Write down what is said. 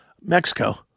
Mexico